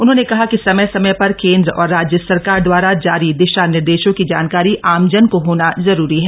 उन्होंने कहा कि समय समय पर केंद्र और राज्य सरकार दवारा जारी दिशा निर्देशों की जामकप्री आमजन को होन जरूरी है